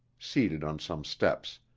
seated on some steps,